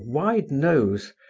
wide nose,